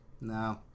No